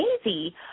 easy